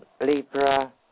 Libra